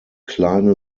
kleine